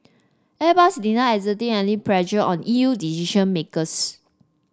Airbus denied exerting any pressure on E U decision makers